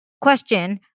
question